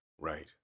Right